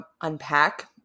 Unpack